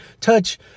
touch